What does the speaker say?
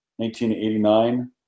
1989